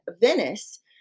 Venice